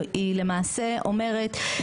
היא למעשה אומרת,